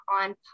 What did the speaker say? on